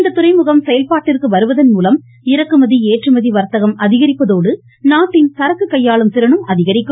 இந்த துறைமுகம் செயல்பாட்டிற்கு வருவதன் மூலம் இறக்குமதி ஏற்றுமதி வர்த்தகம் அதிகரிப்பதோடு நாட்டின் சரக்கு கையாளும் திறனும் அதிகரிக்கும்